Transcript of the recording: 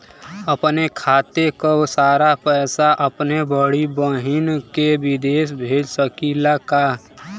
अपने खाते क सारा पैसा अपने बड़ी बहिन के विदेश भेज सकीला का?